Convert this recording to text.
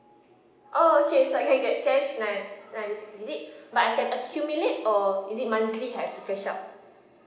oh okay so I can get cash nice nice is it but I can accumulate it or is it monthly have to patch up